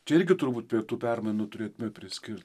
čia irgi turbūt tie tų permainų turėtume priskir